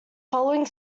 following